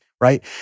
right